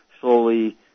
slowly